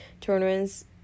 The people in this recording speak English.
tournaments